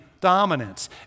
dominance